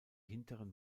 hinteren